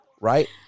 right